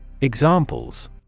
Examples